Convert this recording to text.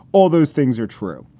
all those things are true.